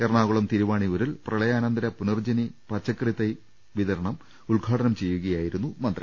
എറണാകുളം തിരുവാണിയൂരിൽ പ്രളയാനന്തര പുനർജ്ജനി പച്ചക്കറി തൈ വിതരണം ഉദ്ഘാടനം ചെയ്യുകയായിരുന്നു മന്ത്രി